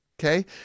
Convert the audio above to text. Okay